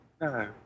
No